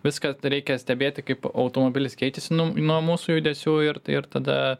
viską reikia stebėti kaip automobilis keičiasi nu nuo mūsų judesių ir tai ir tada